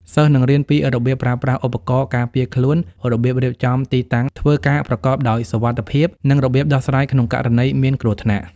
សិស្សនឹងរៀនពីរបៀបប្រើប្រាស់ឧបករណ៍ការពារខ្លួន របៀបរៀបចំទីតាំងធ្វើការប្រកបដោយសុវត្ថិភាព និងរបៀបដោះស្រាយក្នុងករណីមានគ្រោះថ្នាក់។